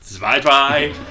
Bye-bye